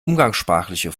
umgangssprachliche